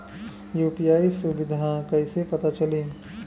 UPI सुबिधा कइसे पता चली?